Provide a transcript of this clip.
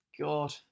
God